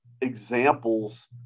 examples